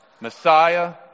Messiah